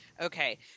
Okay